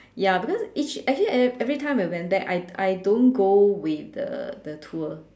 ya because each actually eve~ every time I went back I I don't go with the the tour